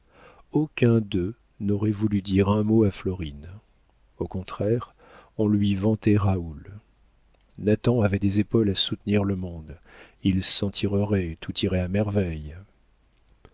aucun d'eux n'aurait voulu dire un mot à florine au contraire on lui vantait raoul nathan avait des épaules à soutenir le monde il s'en tirerait tout irait à merveille